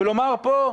ולומר פה,